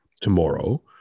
tomorrow